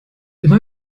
immer